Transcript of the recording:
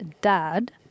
dad